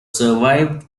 survived